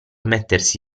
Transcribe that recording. mettersi